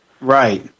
right